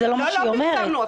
זה לא --- לא פרסמנו,